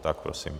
Tak prosím.